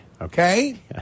Okay